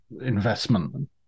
investment